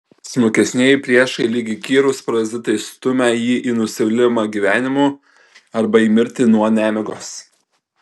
smulkesnieji priešai lyg įkyrūs parazitai stumią jį į nusivylimą gyvenimu arba į mirtį nuo nemigos